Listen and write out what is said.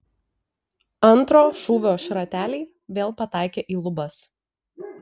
antro šūvio šrateliai vėl pataikė į lubas